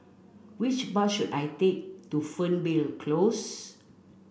which bus should I take to Fernvale Close